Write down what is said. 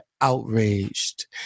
outraged